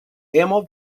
hemo